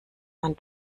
man